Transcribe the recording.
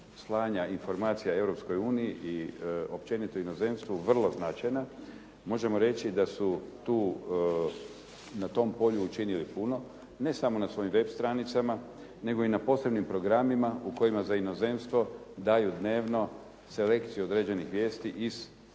slanja informacija Europskoj uniji i općenito inozemstvu vrlo značajna. Možemo reći da su tu na tom polju učinili puno ne samo na svojim web stranicama nego i na posebnim programima u kojima za inozemstvo daju dnevno selekciju određenih vijesti iz